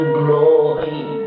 glory